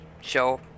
show